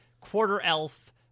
quarter-elf